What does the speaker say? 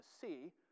see